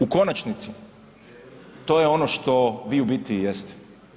U konačnici, to je ono što vi u biti jeste.